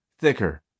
thicker